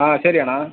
ಹಾಂ ಸರಿ ಅಣ್ಣ